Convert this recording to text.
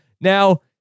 Now